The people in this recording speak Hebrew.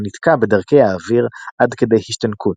או נתקע בדרכי האוויר עד כדי השתנקות.